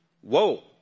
whoa